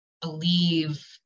believe